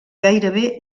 gairebé